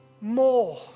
more